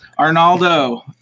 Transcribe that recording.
Arnaldo